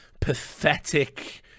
pathetic